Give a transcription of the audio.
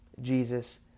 Jesus